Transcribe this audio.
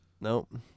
Nope